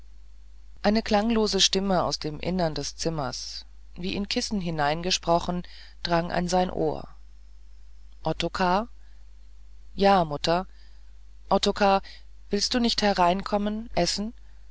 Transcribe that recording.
eine klanglose stimme aus dem innern des zimmers wie in kissen hineingesprochen drang an sein ohr ottokar ja mutter ottokar willst du nicht hereinkommen essen